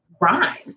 rhymes